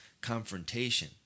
confrontation